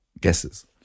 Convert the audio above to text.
guesses